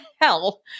hell